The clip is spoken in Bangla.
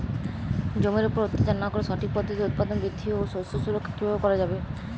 জমির উপর অত্যাচার না করে সঠিক পদ্ধতিতে উৎপাদন বৃদ্ধি ও শস্য সুরক্ষা কীভাবে করা যাবে?